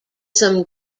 some